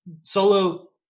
Solo